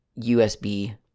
usb